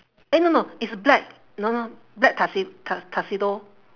eh no no it's black no no black tuxe~ tu~ tuxedo